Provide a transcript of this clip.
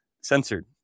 censored